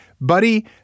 Buddy